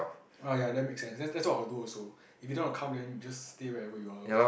ah ya that makes sense that's that's what I will do also if you don't want to come then just stay wherever you are lor